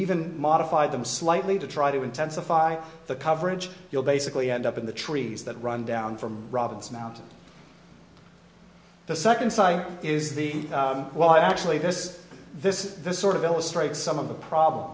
even modify them slightly to try to intensify the coverage you'll basically end up in the trees that run down from robinson mountains the second site is the well actually this this this sort of illustrates some of the problem